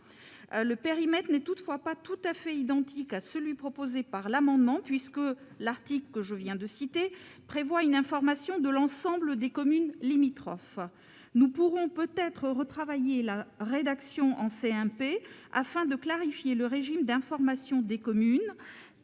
Le périmètre n'est toutefois pas tout à fait identique à celui qui est préconisé dans l'amendement, puisque l'article que je viens de citer prévoit une information de l'ensemble des communes limitrophes. Nous pourrions retravailler la rédaction en commission mixte paritaire, afin de clarifier le régime d'information des communes.